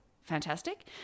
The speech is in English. fantastic